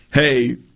hey